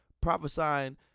prophesying